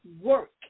work